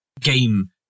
game